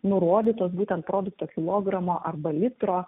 nurodytos būtent produkto kilogramo arba litro